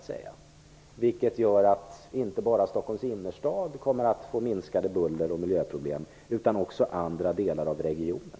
Det gör att inte bara Stockholms innerstad kommer att få minskade bulleroch miljöproblem, utan också andra delar av regionen.